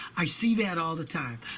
i see that all the time,